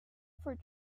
for